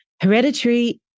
Hereditary